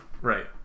Right